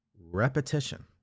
repetition